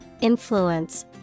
influence